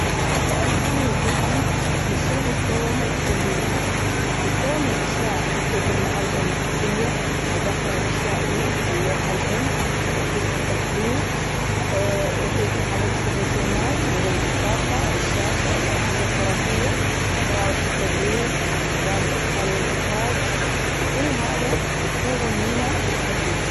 سألتني وجلت لي من شنو بيتكون الكمبيوتر. بيتكون من أشياء وحدة المعالجة المركزية، الذاكرة العشوائية، اللوحة الام، وحدة التخزين، وحدة معالجة الرسومات، مزود الطاقة، الشاشة، الاجهزة الطرفية، مراوح التبريد، نظام الادخال والاخراج كل هذا يتكون منه الكمبيوتر.